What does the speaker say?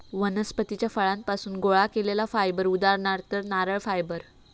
वनस्पतीच्या फळांपासुन गोळा केलेला फायबर उदाहरणार्थ नारळ फायबर